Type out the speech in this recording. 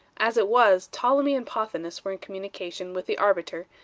as it was, ptolemy and pothinus were in communication with the arbiter,